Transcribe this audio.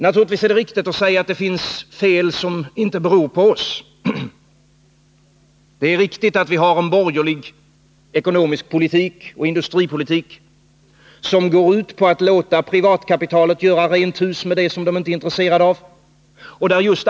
Naturligtvis är det riktigt att säga att det finns fel som inte beror på oss. Det är riktigt att vi har en borgerlig ekonomisk politik och industripolitik, som går ut på att låta privatkapitalets företrädare göra rent hus med det som de inte är intresserade av.